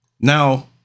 Now